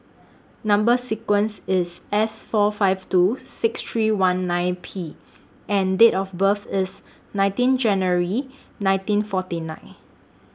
Number sequence IS S four five two six three one nine P and Date of birth IS nineteen January nineteen forty nine